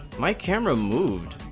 my camera moved,